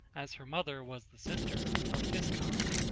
as her mother was the sister, of physcon.